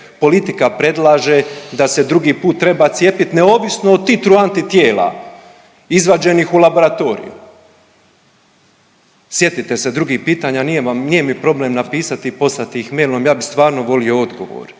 politika predlaže da se drugi put treba cijepit neovisno o titru antitijela izvađenih u laboratoriju. Sjetite se drugih pitanja, nije mi problem napisati i poslati ih mailom ja bi stvarno volio odgovor